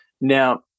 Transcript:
now